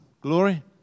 Glory